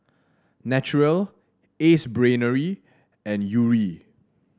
Naturel Ace Brainery and Yuri